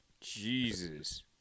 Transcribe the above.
Jesus